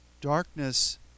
Darkness